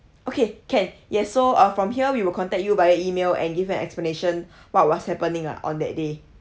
okay can yes so uh from here we will contact you via email and give you an explanation what was happening lah on that day